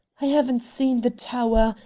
i haven't seen the tower,